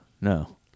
No